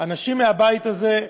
אנשים מהבית הזה,